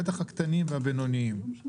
בטח הקטנים והבינוניים.